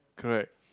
correct